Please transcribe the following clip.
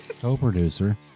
Co-producer